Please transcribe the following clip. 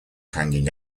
hanging